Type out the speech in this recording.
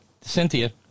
Cynthia